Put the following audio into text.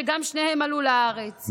שגם שניהם עלו לארץ,